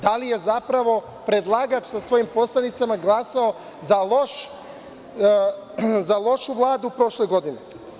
Da li je zapravo predlagač sa svojim poslanicima glasao za lošu Vladu prošle godine?